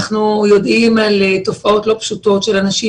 אנחנו יודעים על תופעות לא פשוטות של אנשים